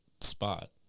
spot